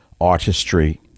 Artistry